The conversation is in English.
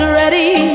ready